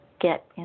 get